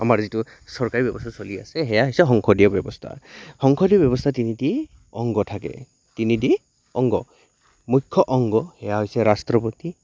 আমাৰ যিটো চৰকাৰী ব্যৱস্থা চলি আছে সেয়া হৈছে সংসদীয় ব্যৱস্থা সংসদীয় ব্যৱস্থা তিনিটি অংগ থাকে তিনিটি অংগ মুখ্য অংগ সেয়া হৈছে ৰাষ্ট্ৰপতি